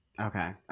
Okay